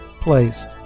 placed